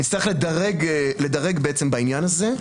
נצטרך לדרג בעניין הזה.